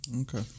Okay